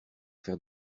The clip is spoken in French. faire